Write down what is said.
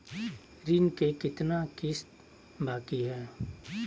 ऋण के कितना किस्त बाकी है?